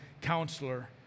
counselor